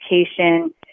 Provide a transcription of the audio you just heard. education